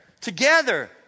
Together